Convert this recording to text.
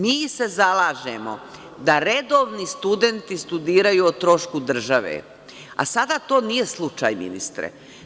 Mi se zalažemo da redovni studenti studiraju o trošku države, a sada to nije slučaj, ministre.